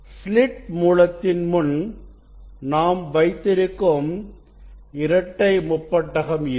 slit மூலத்தின் முன் நாம் வைத்திருக்கும் இரட்டை முப்பட்டகம் இது